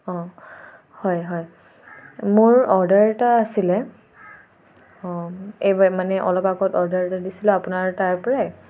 অঁ হয় হয় মোৰ অৰ্ডাৰ এটা আছিলে অঁ এইবাৰ মানে অলপ আগত অৰ্ডাৰ এটা দিছিলোঁ আপোনাৰ তাৰপৰাই